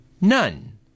None